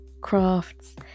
crafts